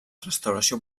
restauració